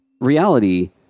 reality